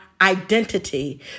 identity